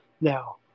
Now